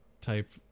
type